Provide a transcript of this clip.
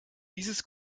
dieses